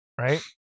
right